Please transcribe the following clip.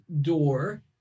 door